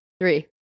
three